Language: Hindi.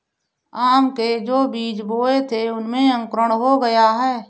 आम के जो बीज बोए थे उनमें अंकुरण हो गया है